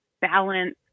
balance